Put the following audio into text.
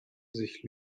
sich